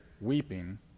weeping